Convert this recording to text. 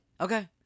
Okay